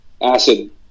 acid